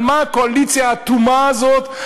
על מה הקואליציה האטומה הזאת,